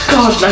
God